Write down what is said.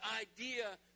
idea